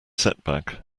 setback